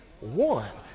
one